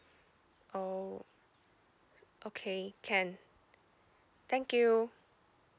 oh okay can thank you